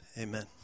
Amen